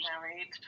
married